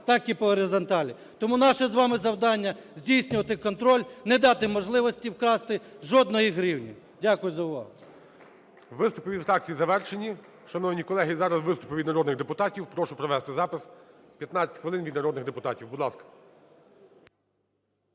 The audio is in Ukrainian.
так і по горизонталі. Тому наше з вами завдання - здійснювати контроль, не дати можливості вкрасти жодної гривні. Дякую за увагу.